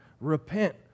Repent